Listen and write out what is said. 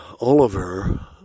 Oliver